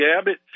abbott